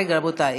רבותי,